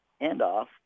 handoff